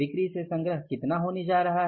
बिक्री से संग्रह कितना होने जा रहा है